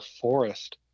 forest